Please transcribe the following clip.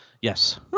Yes